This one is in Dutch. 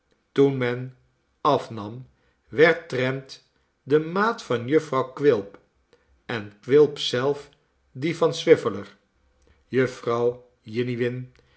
toen men afnam werd trent de maat van jufvrouw quilp en quilp zelf die van swiveller jufvrouw jiniwin